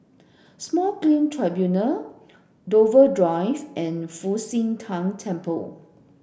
Small Claim Tribunals Dover Drive and Fu Xi Tang Temple